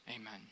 amen